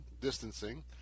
distancing